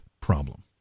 problem